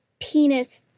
penis